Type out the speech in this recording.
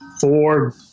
four